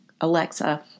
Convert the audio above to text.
Alexa